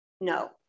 no